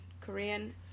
Korean